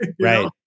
Right